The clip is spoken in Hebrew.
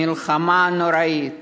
המלחמה הנוראית